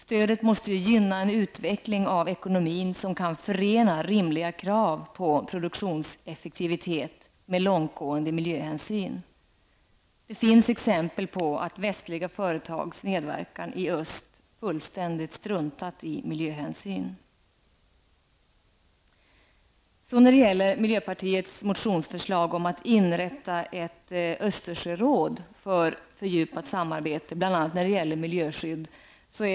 Stödet måste gynna en utveckling av ekonomin som kan förena rimliga krav på produktionseffektivitet med långtgående miljöhänsyn. Det finns exempel på att västliga företag i samarbete med öst fullständigt har struntat i att ta miljöhänsyn. Miljöpartiet har vidare föreslagit inrättande av ett Östersjöråd för fördjupat samarbete bl.a. när det gäller miljöskydd.